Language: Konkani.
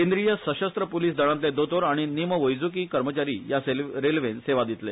केंद्रीय सशस्त्र पुलिस दळांतले दोतोर आनी निमवैज़ुकी कर्मचारी या रेल्वेन सेवा दितले